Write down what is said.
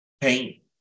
paint